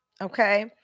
Okay